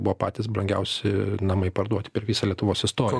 buvo patys brangiausi namai parduoti per visą lietuvos istoriją